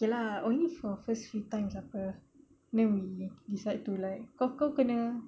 okay lah only for first few times apa then we decide to like kau kau kena